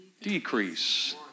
decrease